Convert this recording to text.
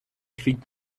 krieg